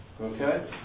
Okay